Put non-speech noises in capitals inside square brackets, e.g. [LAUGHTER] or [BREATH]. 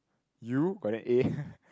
you got an A [BREATH]